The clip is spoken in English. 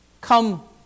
Come